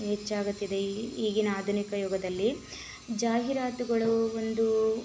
ಹೆಚ್ಚಾಗುತ್ತಿದೆ ಈ ಈಗಿನ ಆಧುನಿಕ ಯುಗದಲ್ಲಿ ಜಾಹೀರಾತುಗಳು ಒಂದು